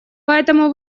поэтому